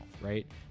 right